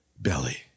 belly